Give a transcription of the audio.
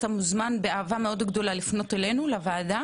אתה מוזמן באהבה גדולה לפנות לוועדה